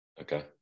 Okay